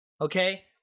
Okay